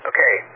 Okay